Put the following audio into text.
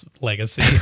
legacy